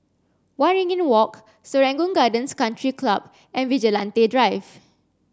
Waringin Walk Serangoon Gardens Country Club and Vigilante Drive